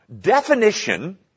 definition